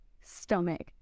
stomach